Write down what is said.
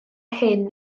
hyn